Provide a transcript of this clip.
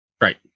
Right